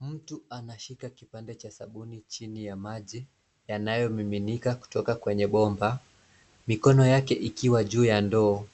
Mtu anashika kipande cha sabuni chini ya maji yanayomiminika kutoka kwenye bomba. Mikono yake ikiwa juu ya ndoo,